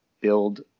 build